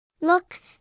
Look